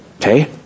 Okay